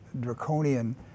draconian